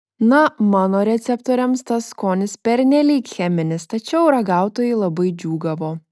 na mano receptoriams tas skonis pernelyg cheminis tačiau ragautojai labai džiūgavo